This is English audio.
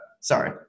Sorry